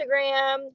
Instagram